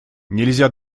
нельзя